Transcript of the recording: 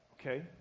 Okay